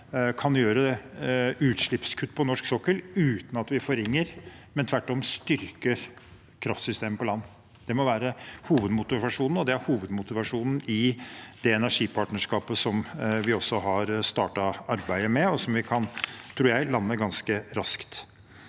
kan foreta utslippskutt på norsk sokkel uten at vi forringer, men tvert om styrker, kraftsystemet på land. Det må være hovedmotivasjonen, og det er hovedmotivasjonen i det energipartnerskapet vi også har startet arbeidet med, og som vi kan, tror jeg, lande ganske raskt.